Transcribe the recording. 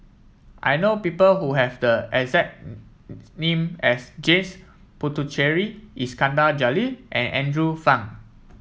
I know people who have the exact name as James Puthucheary Iskandar Jalil and Andrew Phang